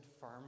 firm